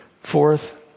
Fourth